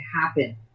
happen